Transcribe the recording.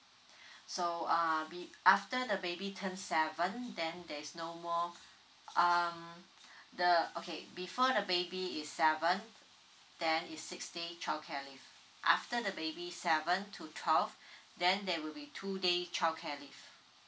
so uh b~ after the baby turn seven then there is no more um the okay before the baby is seven then is six day childcare leave after the baby seven to twelve then there will be two days childcare leave